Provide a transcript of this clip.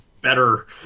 better